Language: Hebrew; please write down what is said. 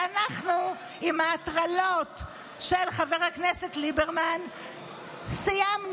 ואנחנו עם ההטרלות של חבר הכנסת ליברמן סיימנו.